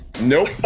Nope